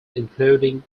including